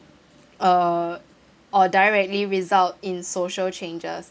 uh or directly result in social changes